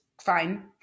fine